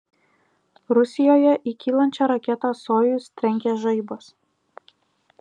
rusijoje į kylančią raketą sojuz trenkė žaibas